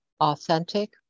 authentic